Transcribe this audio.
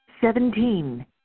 Seventeen